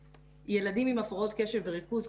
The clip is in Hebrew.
ילדים עם הפרעות קשב וריכוז,